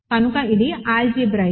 కనుక ఇది ఆల్జీబ్రాయిక్